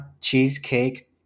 cheesecake